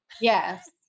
yes